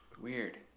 Weird